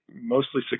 mostly